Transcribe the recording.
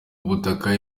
butaka